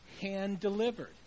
hand-delivered